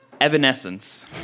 Evanescence